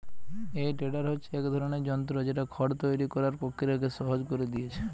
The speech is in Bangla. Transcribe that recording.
এই টেডার হচ্ছে এক ধরনের যন্ত্র যেটা খড় তৈরি কোরার প্রক্রিয়াকে সহজ কোরে দিয়েছে